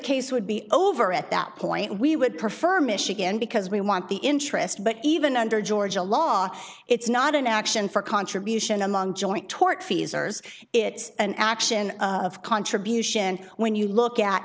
case would be over at that point we would prefer michigan because we want the interest but even under georgia law it's not an action for contribution among joint tortfeasor it's an action of contribution when you look at